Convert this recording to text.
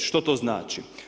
Što to znači?